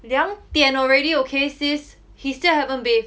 两点 already okay sis he still haven't bathe